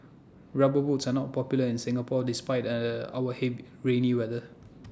rubber boots are not popular in Singapore despite our rainy weather